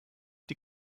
die